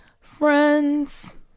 Friends